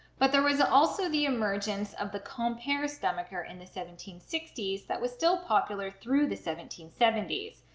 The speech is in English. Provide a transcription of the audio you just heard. but there was also the emergence of the compere stomacher in the seventeen sixty s that was still popular through the seventeen seventy s.